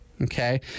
okay